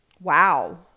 wow